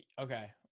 okay